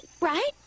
right